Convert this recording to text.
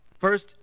First